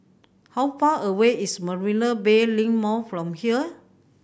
how far away is Marina Bay Link Mall from here